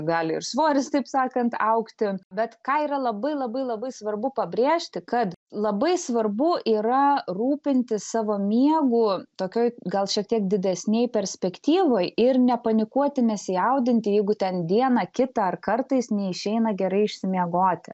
gali ir svoris taip sakant augti bet ką yra labai labai labai svarbu pabrėžti kad labai svarbu yra rūpintis savo miegu tokioj gal šiek tiek didesnėj perspektyvoj ir nepanikuoti nesijaudinti jeigu ten dieną kitą ar kartais neišeina gerai išsimiegoti